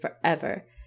forever